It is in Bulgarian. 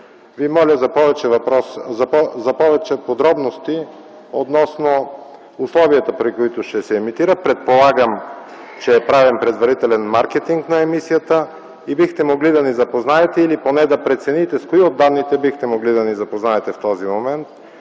Ви моля за повече подробности относно условията, при които ще се емитира. Предполагам, че е правен предварителен маркетинг на емисията и бихте могли да ни запознаете или поне да прецените с кои от данните бихте могли да ни запознаете в този момент,